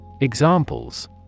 Examples